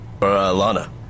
Lana